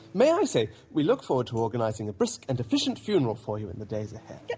may i say we look forward to organising a brisk and efficient funeral for you in the days ahead.